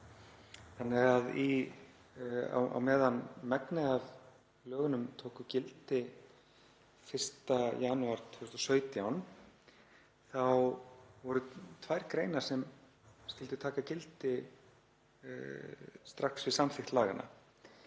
þannig að á meðan megnið af lögunum tók gildi 1. janúar 2017 þá voru tvær greinar sem skyldu taka gildi strax við samþykkt laganna,